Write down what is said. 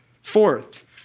Fourth